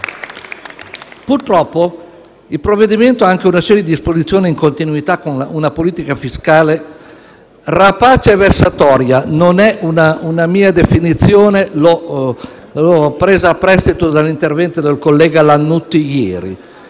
Purtroppo il provvedimento contiene anche una serie di disposizioni in continuità con una politica fiscale «rapace e vessatoria»: non è una mia definizione, ma presa a prestito dall'intervento di ieri del collega Lannutti. Per